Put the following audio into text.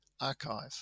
archive